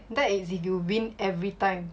that is if you win every time